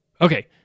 Okay